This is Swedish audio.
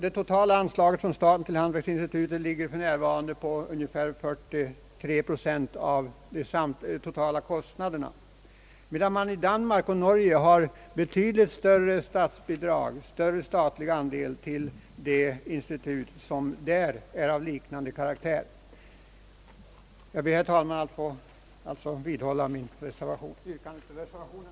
Det totala anslaget från staten till institutet ligger för närvarande på ungefär 43 procent av de sammanlagda kostnaderna, medan man i Danmark och Norge har betydligt större statsbidrag till de institut som där är av liknande karaktär. Herr talman! Jag ber att få vidhålla yrkandet om bifall till reservationen.